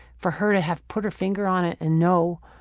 for her to have put her finger on it and know,